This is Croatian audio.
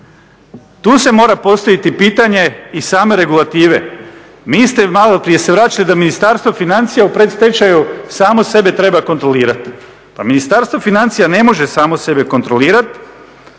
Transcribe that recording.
Tu se mora postaviti pitanje i same regulative. … malo prije se vraćali da Ministarstvo financija u predstečaju samo sebe treba kontrolirati. Pa Ministarstvo financija ne može samo sebe kontrolirati.